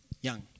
Young